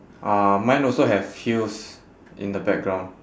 uh mine also have hills in the background